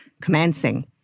commencing